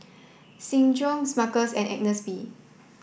Seng Choon Smuckers and Agnes B